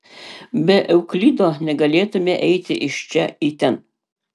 be euklido negalėtumėme eiti iš čia į ten